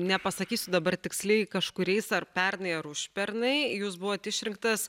nepasakysiu dabar tiksliai kažkuriais ar pernai ar užpernai jūs buvot išrinktas